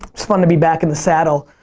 it's fun to be back in the saddle.